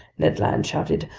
ned land shouted.